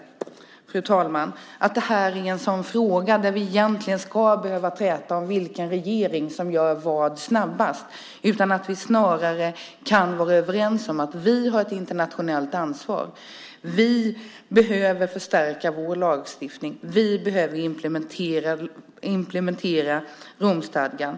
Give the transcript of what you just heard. Jag tycker inte att det här är en sådan fråga där vi ska behöva träta om vilken regering som gör vad snabbast. Vi kan snarare vara överens om att vi har ett internationellt ansvar och att vi behöver förstärka vår lagstiftning och implementera Romstadgan.